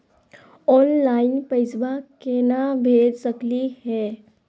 Online पैसवा केना भेज सकली हे?